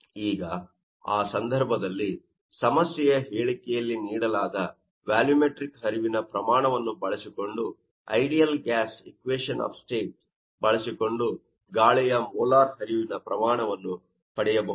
ಈಗ ಆ ಸಂದರ್ಭದಲ್ಲಿ ಸಮಸ್ಯೆಯ ಹೇಳಿಕೆಯಲ್ಲಿ ನೀಡಲಾದ ವ್ಯಾಲುಮೇಟ್ರಿಕ್ ಹರಿವಿನ ಪ್ರಮಾಣವನ್ನು ಬಳಸಿಕೊಂಡು ideal gas equation of state ಬಳಸಿಕೊಂಡು ಗಾಳಿಯ ಮೋಲಾರ್ ಹರಿವಿನ ಪ್ರಮಾಣವನ್ನು ಪಡೆಯಬಹುದು